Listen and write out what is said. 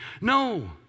No